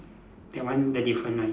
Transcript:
that one the different one